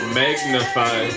magnify